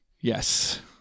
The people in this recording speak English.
Yes